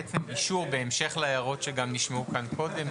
בהמשך להערות שגם נשמעו כאן קודם,